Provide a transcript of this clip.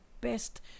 best